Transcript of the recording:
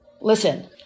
Listen